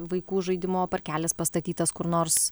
vaikų žaidimo parkelis pastatytas kur nors